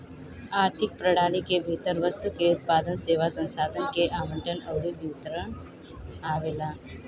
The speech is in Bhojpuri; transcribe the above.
आर्थिक प्रणाली के भीतर वस्तु के उत्पादन, सेवा, संसाधन के आवंटन अउरी वितरण आवेला